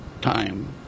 time